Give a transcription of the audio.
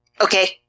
Okay